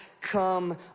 come